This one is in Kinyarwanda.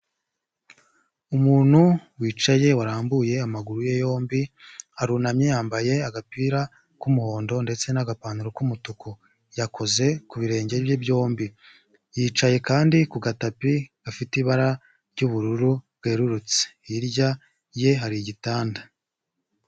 Umuntu wicaye warambuye amaguru ye yombi arunamye yambaye agapira k'umuhondo ndetse n'agapantaro k'umutuku yakoze ku birenge bye byombi yicaye kandi ku gatapi gafite ibara ry'ubururu bwerurutse hirya ye hari igitnda.